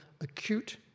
acute